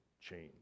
change